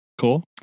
Cool